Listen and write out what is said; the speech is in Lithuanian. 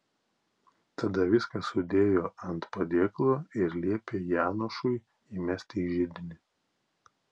tada viską sudėjo ant padėklo ir liepė janošui įmesti į židinį